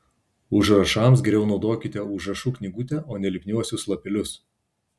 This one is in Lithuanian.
užrašams geriau naudokite užrašų knygutę o ne lipniuosius lapelius